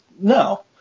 no